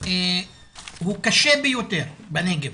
הוא קשה ביותר בנגב.